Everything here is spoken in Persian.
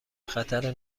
خطر